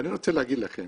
אני רוצה להגיד לכם